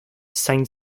saint